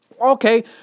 Okay